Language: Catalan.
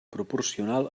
proporcional